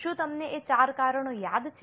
શું તમને એ ચાર કારણો યાદ છે